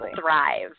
thrive